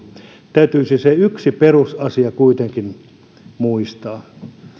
täytyisi se yksi perusasia kuitenkin muistaa